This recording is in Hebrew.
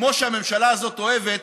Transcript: כמו שהממשלה הזאת אוהבת,